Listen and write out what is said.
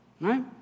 Right